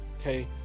Okay